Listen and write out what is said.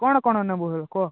କ'ଣ କ'ଣ ନବୁ କହ